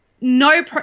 no